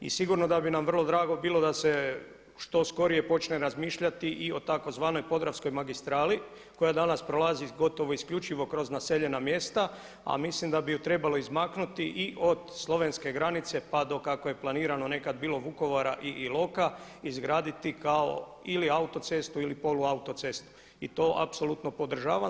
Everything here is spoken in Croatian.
I sigurno da bi nam vrlo drago bilo da se što skorije počne razmišljati i o tzv. podravskoj magistrali koja danas prolazi gotovo isključivo kroz naseljena mjesta, a mislim da bi ju trebalo izmaknuti i od slovenske granice pa do kako je planirano nekad Vukovara i Iloka izgraditi kao ili autocestu ili poluautocestu i to apsolutno podržavam.